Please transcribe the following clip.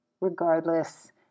Regardless